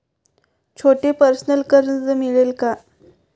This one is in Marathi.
छोटे पर्सनल कर्ज मिळेल का?